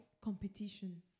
Competition